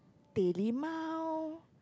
teh limau